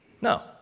No